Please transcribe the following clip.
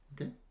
okay